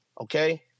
okay